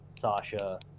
Sasha